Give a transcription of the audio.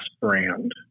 brand